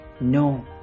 no